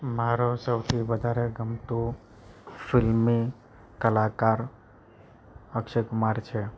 મારો સૌથી વધારે ગમતો ફિલ્મી કલાકાર અક્ષય કુમાર છે